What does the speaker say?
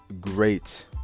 great